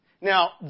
Now